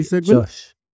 josh